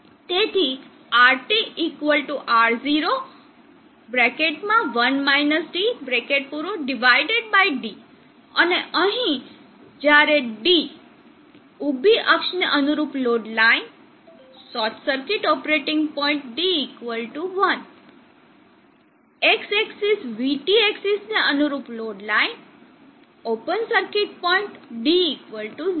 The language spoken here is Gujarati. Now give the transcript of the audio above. તેથી RT R0d અને અહીં જ્યારે d ઊભી અક્ષને અનુરૂપ load line short circuit operating point d 1 X axis vT axis ને અનુરૂપ load line open circuit point d 0